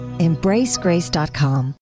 EmbraceGrace.com